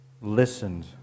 listened